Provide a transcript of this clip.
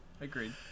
Agreed